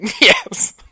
Yes